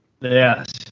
Yes